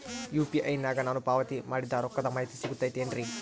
UPI ನಾಗ ನಾನು ಪಾವತಿ ಮಾಡಿದ ರೊಕ್ಕದ ಮಾಹಿತಿ ಸಿಗುತೈತೇನ್ರಿ?